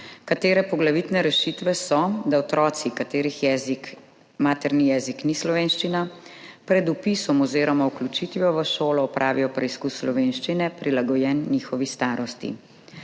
katere poglavitne rešitve so, da otroci, katerih materni jezik ni slovenščina, pred vpisom oziroma vključitvijo v šolo opravijo preizkus slovenščine, prilagojen njihovi starosti.